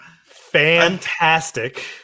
fantastic